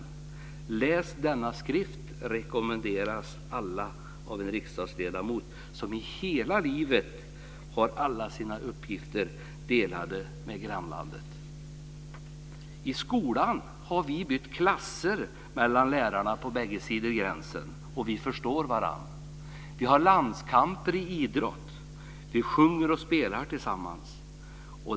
Alla rekommenderas att läsa denna skrift av en riksdagsledamot, som i hela sitt liv har haft alla sina uppgifter delade med grannlandet. I skolan har vi haft ett klassutbyte med lärarna på bägge sidor av gränsen. Vi förstår varandra. Vi har landskamper i idrott. Vi sjunger och spelar tillsammans.